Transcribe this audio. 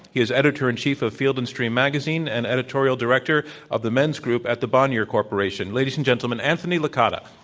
he is editor-in-chief of field and stream magazine and editorial director of the men's group at the bonnier corporation. ladies and gentlemen, anthony licata.